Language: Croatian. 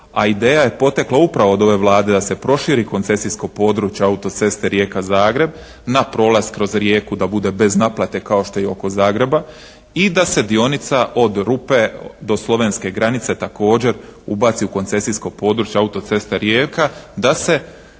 a ideja je potekla upravo od ove Vlade da se proširi koncesijsko područje auto-ceste Rijeka-Zagreb na prolaz kroz Rijeku da bude bez naplate kao što je i oko Zagreba, i da se dionica od Rupe do slovenske granice također ubaci u koncesijsko područje auto-ceste Rijeka, da se